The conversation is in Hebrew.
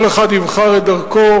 כל אחד יבחר את דרכו,